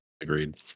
Agreed